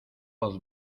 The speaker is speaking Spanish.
voz